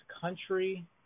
country